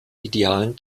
idealen